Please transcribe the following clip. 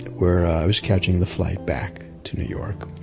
where i was catching the flight back to new york